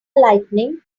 lighting